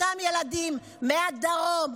אותם ילדים מהדרום,